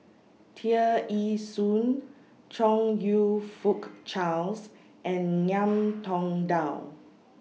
Tear Ee Soon Chong YOU Fook Charles and Ngiam Tong Dow